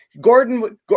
Gordon